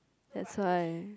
that's why